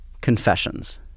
Confessions